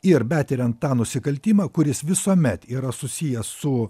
ir betiriant tą nusikaltimą kuris visuomet yra susijęs su